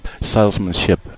salesmanship